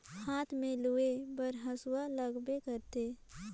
हाथ में लूए बर हेसुवा लगबे करथे